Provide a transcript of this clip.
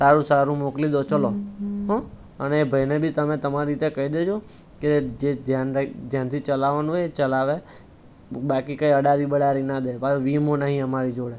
સારું સારું મોકલી દો ચલો અને ભાઇને બી તમે તમારી રીતે કહી દેજો કે જે ધ્યાન રા ધ્યાનથી ધ્યાનથી ચલાવવાનું હોય એ ચલાવે બાકી કઈ અડાડી બડાડી ન દે પાછો વીમો નહી અમારી જોડે